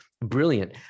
Brilliant